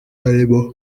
harimo